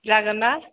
जागोनना